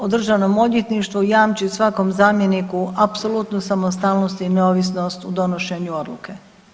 o državnom odvjetništvu jamči svakom zamjeniku apsolutnu samostalnost i neovisnost u donošenju odluke.